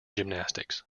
gymnastics